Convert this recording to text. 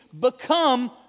become